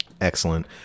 excellent